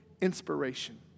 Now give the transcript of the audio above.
inspiration